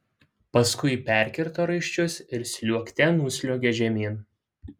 paskui perkirto raiščius ir sliuogte nusliuogė žemyn